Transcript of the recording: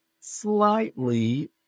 slightly